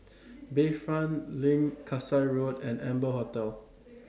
Bayfront LINK Kasai Road and Amber Hotel